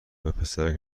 وپسرک